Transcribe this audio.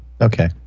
okay